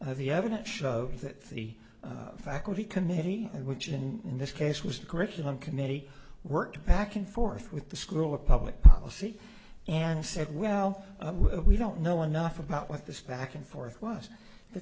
of the evidence shows that the faculty committee which isn't in this case was the curriculum committee worked back and forth with the school of public policy and said well we don't know enough about what this back and forth was the